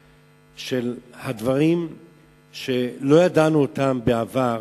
דברים שלא ידענו אותם בעבר,